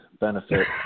benefit